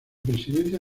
presidencia